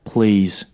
Please